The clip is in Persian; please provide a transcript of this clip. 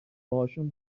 باهاشون